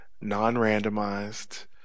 non-randomized